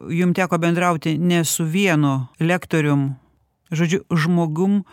jum teko bendrauti ne su vienu lektorium žodžiu žmogum